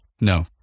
No